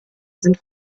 sind